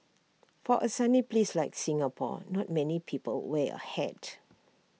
for A sunny place like Singapore not many people wear A hat